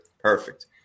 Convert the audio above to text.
Perfect